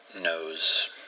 knows